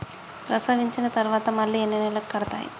ప్రసవించిన తర్వాత మళ్ళీ ఎన్ని నెలలకు కడతాయి?